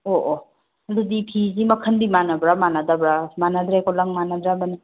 ꯑꯣ ꯑꯣ ꯑꯗꯨꯗꯤ ꯐꯤꯗꯤ ꯃꯈꯜꯗꯤ ꯃꯥꯟꯅꯕ꯭ꯔꯥ ꯃꯥꯟꯅꯗꯕ꯭ꯔꯥ ꯃꯥꯟꯅꯗ꯭ꯔꯦꯀꯣ ꯂꯪ ꯃꯥꯟꯅꯗ꯭ꯔꯕꯅꯤꯅ